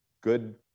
good